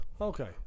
Okay